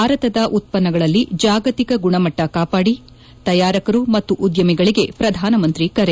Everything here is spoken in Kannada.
ಭಾರತದ ಉತ್ಪನ್ನಗಳಲ್ಲಿ ಜಾಗತಿಕ ಗುಣಮಟ್ಟ ಕಾಪಾಡಿ ತಯಾರಕರು ಮತ್ತು ಉದ್ಯಮ ನಾಯಕರಿಗೆ ಪ್ರಧಾನಮಂತ್ರಿ ಕರೆ